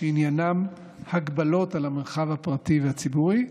שעניינן הגבלות על המרחב הפרטי והציבורי,